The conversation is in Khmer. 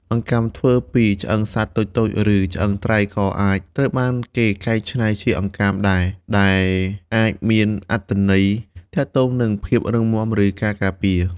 អង្កាំធ្វើពី ឆ្អឹងសត្វតូចៗ ឬឆ្អឹងត្រី ក៏អាចត្រូវបានគេកែច្នៃជាអង្កាំដែរ ដែលអាចមានអត្ថន័យទាក់ទងនឹងភាពរឹងមាំ ឬការការពារ។